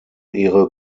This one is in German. ihre